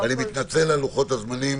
אני מתנצל על לוחות הזמנים.